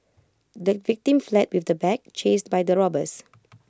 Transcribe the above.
the victim fled with the bag chased by the robbers